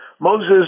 Moses